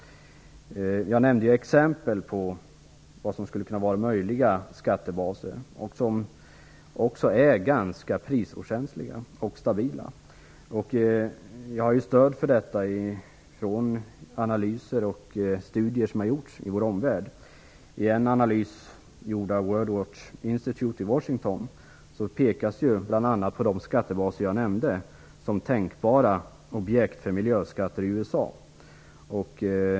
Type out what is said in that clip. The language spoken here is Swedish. Jag nämnde exempel på vad som skulle kunna vara möjliga skattebaser som är ganska prisokänsliga och stabila. Jag har stöd för detta från analyser gjorda i vår omvärld. I en analys som gjorts av World Watch Institute i Washington pekar man bl.a. på de skattebaser jag nämnde som tänkbara objekt för miljöskatter i USA.